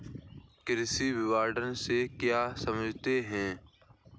कृषि विपणन से क्या समझते हैं?